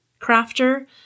crafter